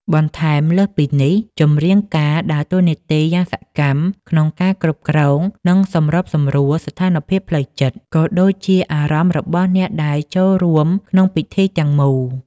បន្ថែមលើសពីនេះ ចម្រៀងការដើរតួនាទីយ៉ាងសកម្មក្នុងការគ្រប់គ្រង និងសម្របសម្រួលស្ថានភាពផ្លូវចិត្ត ក៏ដូចជាអារម្មណ៍របស់អ្នកដែលចូលរួមក្នុងពិធីទាំងមូល។